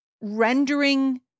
rendering